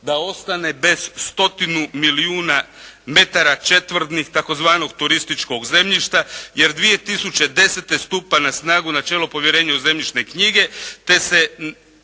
da ostane bez stotinu milijuna metara četvornih tzv. turističkog zemljišta jer 2010. stupa na snagu načelo povjerenja u zemljišne knjige